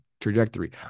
trajectory